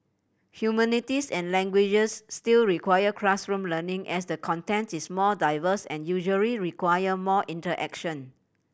humanities and languages still require classroom learning as the content is more diverse and usually require more interaction